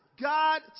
God